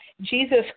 Jesus